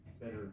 better